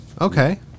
Okay